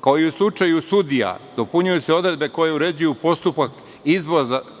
kao i u slučaju sudija, dopunjuju se odredbe koje uređuju postupak izlaza